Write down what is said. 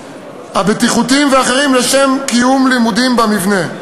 הבטיחותיים והאחרים לשם קיום לימודים במבנה.